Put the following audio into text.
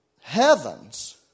heavens